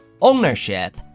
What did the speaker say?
ownership